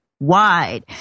wide